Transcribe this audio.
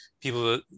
people